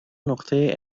نقطه